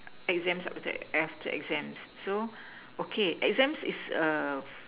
exam subject after exams so okay exams is err